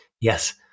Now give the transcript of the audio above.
Yes